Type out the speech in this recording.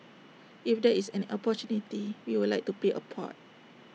if there is an opportunity we would like to play A part